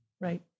right